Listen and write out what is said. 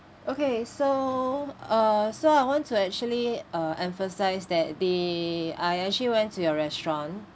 okay so uh so I want to actually uh emphasise that the I actually went to your restaurant